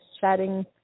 chatting